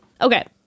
okay